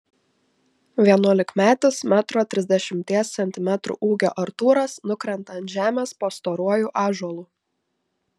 vienuolikmetis metro trisdešimties centimetrų ūgio artūras nukrenta ant žemės po storuoju ąžuolu